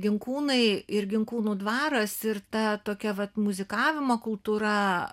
ginkūnai ir ginkūnų dvaras ir ta tokia vat muzikavimo kultūra